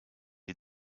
les